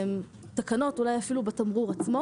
תקנות אולי אפילו בתמרור עצמו.